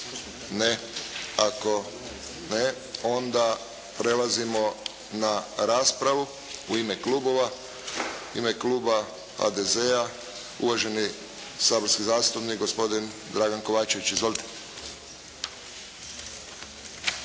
Ne. Ako ne, onda prelazimo na raspravu u ime klubova. U ime kluba HDZ-a uvaženi saborski zastupnik gospodin Dragan Kovačević. Izvolite.